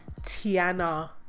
Tiana